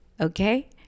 okay